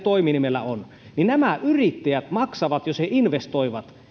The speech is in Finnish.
toiminimillä on niin nämä yrittäjät maksavat jos he investoivat